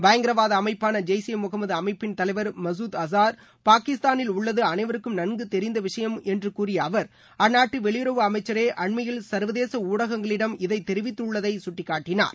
பயங்கரவாத அமைப்பான ஜெய்ஸ் இ முகமது அமைப்பின் தலைவர் மசூத் அசார் பாகிஸ்தானில் உள்ளது அனைவருக்கும் நன்கு தெரிந்து விஷயம் கூறிய அவர் அந்நாட்டு வெளியுறவு அமைச்சரே அண்மையில் சர்வதேச ஊடகங்களிடம் இதை தெரிவித்துள்ளதை சுட்டிக்காட்டினார்